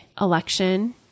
election